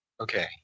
Okay